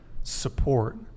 support